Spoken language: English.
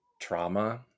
trauma